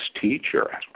teacher